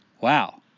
wow